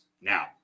now